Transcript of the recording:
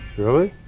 really?